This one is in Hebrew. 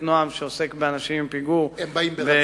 נועם" שעוסק באנשים עם פיגור בקריית-אונו,